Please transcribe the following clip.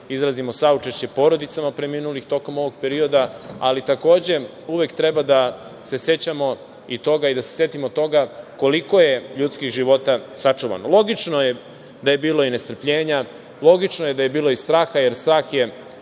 izrazimo saučešće porodicama preminulih tokom ovog perioda, ali, takođe, uvek treba da se sećamo i toga i da se setimo toga koliko je ljudskih života sačuvano. Logično je da je bilo i nestrpljenja, logično je da je bilo i straha, jer strah je